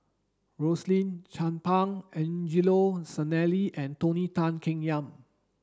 Rosaline Chan Pang Angelo Sanelli and Tony Tan Keng Yam